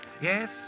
Yes